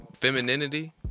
femininity